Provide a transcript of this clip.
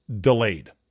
delayed